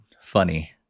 funny